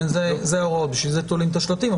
כן, אלה ההוראות, בשביל זה תולים את השלטים.